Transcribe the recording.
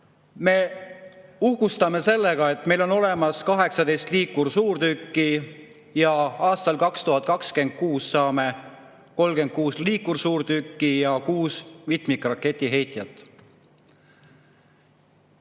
Me uhkustame sellega, et meil on olemas 18 liikursuurtükki ja aastal 2026 saame juurde 36 liikursuurtükki ja 6 mitmikraketiheitjat.